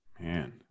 man